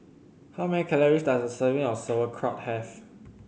how many calories does a serving of Sauerkraut have